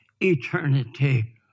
eternity